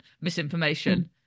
misinformation